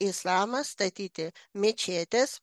islamą statyti mečetes